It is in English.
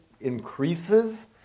increases